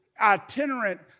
itinerant